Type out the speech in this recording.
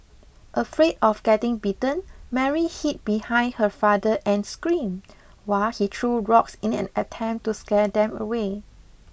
afraid of getting bitten Mary hid behind her father and screamed while he threw rocks in an attempt to scare them away